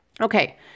Okay